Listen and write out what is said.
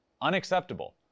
Unacceptable